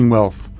Wealth